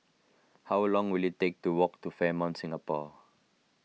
how long will it take to walk to Fairmont Singapore